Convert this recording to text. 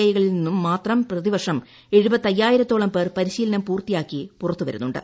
ഐകളിൽ മാത്രം പ്രതിവർഷം എഴുപത്തയ്യായിരത്തോളം പേർ പരിശീലനം പൂർത്തിയാക്കി പുറത്തുവരുന്നുണ്ട്